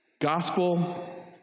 Gospel